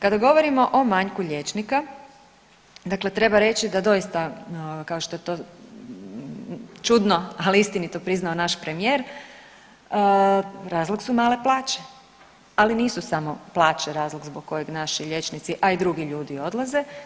Kada govorimo o manjku liječnika, dakle treba reći da je to doista kao što je to, čudno ali istinito priznao naš premijer, razlog su male plaće, ali nisu samo plaće razlog zbog kojeg naši liječnici, a i drugi ljudi odlaze.